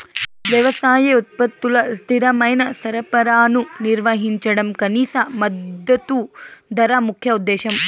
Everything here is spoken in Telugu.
వ్యవసాయ ఉత్పత్తుల స్థిరమైన సరఫరాను నిర్వహించడం కనీస మద్దతు ధర ముఖ్య ఉద్దేశం